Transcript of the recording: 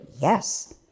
yes